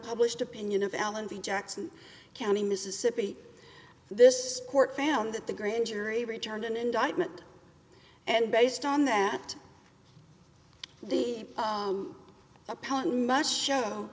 unpublished opinion of allen the jackson county mississippi this court found that the grand jury returned an indictment and based on that the opponent much show